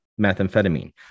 methamphetamine